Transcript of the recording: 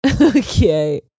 Okay